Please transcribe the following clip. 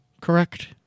correct